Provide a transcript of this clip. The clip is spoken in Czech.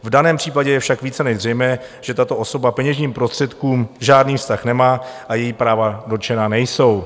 V daném případě je však více než zřejmé, že tato osoba k peněžním prostředkům žádný vztah nemá a její práva dotčena nejsou.